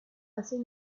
assez